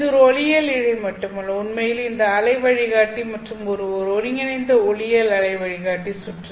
இது ஒரு ஒளியியல் இழை மட்டுமல்ல உண்மையில் இந்த அலை வழிகாட்டி மற்றும் ஒரு ஒருங்கிணைந்த ஒளியியல் அலை வழிகாட்டி சுற்று